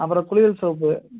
அப்புறம் குளியல் சோப்பு